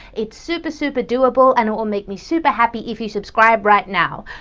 it's super super doable, and it will make me super happy if you subscribe right now.